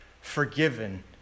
forgiven